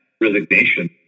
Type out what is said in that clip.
resignation